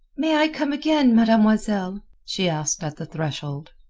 may i come again, mademoiselle? she asked at the threshold.